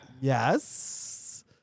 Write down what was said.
yes